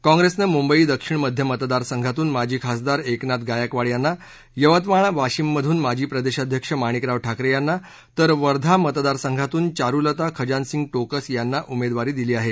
काँप्रेसनं मुंबई दक्षिण मध्य मतदारसंघातून माजी खासदार एकनाथ गायकवाड यांना यवतमाळ वाशिम मधून माजी प्रदेशाध्यक्ष माणिकराव ठाकरे यांना तर वर्धा मतदारसंघातून चारुलता खजान सिंग टोकस यांना उमेदवारी दिली आहे